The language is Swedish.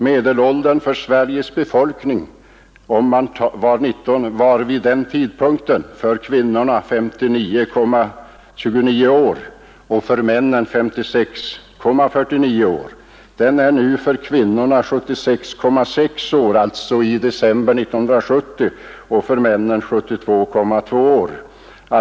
Medelåldern för Sveriges befolkning var vid den tidpunkten för kvinnorna 59,29 år och för männen 56,49 år. Den är nu — i december 1970 — för kvinnorna 76,6 år och för männen 72,2 år.